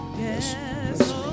yes